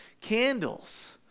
candles